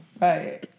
Right